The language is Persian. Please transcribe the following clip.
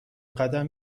قدم